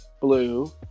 blue